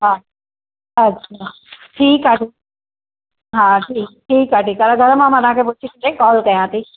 हा अच्छा ठीक आहे हा ठीक आहे ठीक आहे घर मां मां तव्हां खे पुछी करे कॉल करियां थी